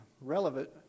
relevant